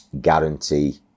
guarantee